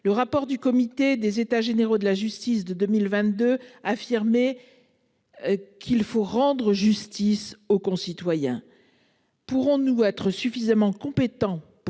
Le rapport du comité des états généraux de la justice de 2022. Affirmer. Qu'il faut rendre justice aux concitoyens. Pourront nous être suffisamment compétents